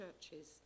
churches